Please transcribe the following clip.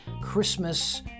Christmas